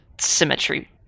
symmetry